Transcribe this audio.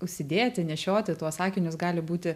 užsidėti nešioti tuos akinius gali būti